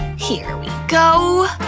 here we go! i